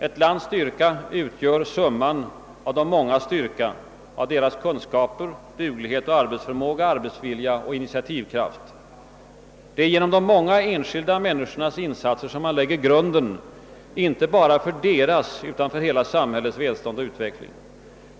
Ett lands styrka utgör summan av de mångas styrka, av deras kunskaper, duglighet, arbetsförmåga, arbetsvilja och initiativkraft. Det är genom de många enskilda människornas insatser som man lägger grunden, inte bara för deras utan för hela samhällets välstånd och utveckling.